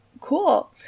cool